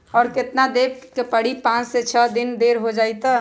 और केतना देब के परी पाँच से छे दिन देर हो जाई त?